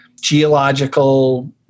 geological